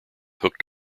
hooked